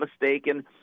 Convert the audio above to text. mistaken